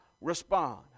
respond